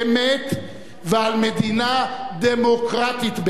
באמת ועל מדינה דמוקרטית באמת.